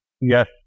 yes